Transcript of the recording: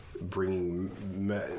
bringing